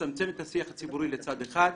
מצמצם את השיח הציבורי לצד אחד?